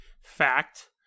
fact